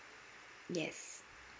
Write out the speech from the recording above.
yes